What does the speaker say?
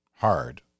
hard